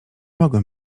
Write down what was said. mogę